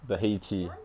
the !hey! tea